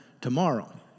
tomorrow